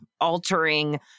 altering